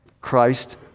Christ